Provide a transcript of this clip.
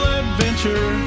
adventure